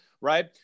right